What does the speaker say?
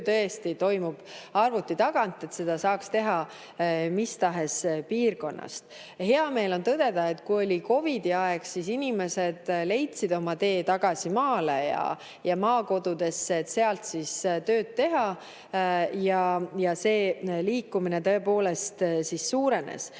tõesti toimub arvuti taga, siis seda saaks teha mis tahes piirkonnas. Hea meel on tõdeda, et kui oli COVID-i aeg, siis inimesed leidsid oma tee tagasi maale ja maakodudesse, et sealt tööd teha, ja see liikumine tõepoolest suurenes. Kindlasti